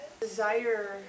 Desire